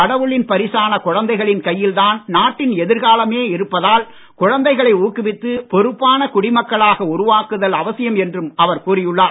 கடவுளின் பரிசான குழந்தைகளின் கையில்தான் நாட்டின் எதிர்காலமே இருப்பதால் குழந்தைகளை குடிமக்களாக உருவாக்குதல் அவசியம் என்றும் அவர் கூறியுள்ளார்